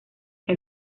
que